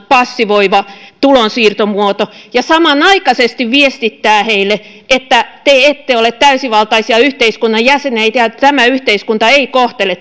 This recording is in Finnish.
passivoiva tulonsiirtomuoto että samanaikaisesti viestittää heille että te ette ole täysivaltaisia yhteiskunnan jäseniä ja tämä yhteiskunta ei kohtele